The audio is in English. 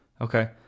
Okay